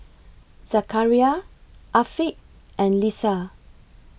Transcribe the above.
Zakaria Afiq and Lisa